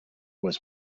was